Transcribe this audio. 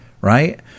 right